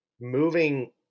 moving